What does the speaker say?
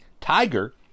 Tiger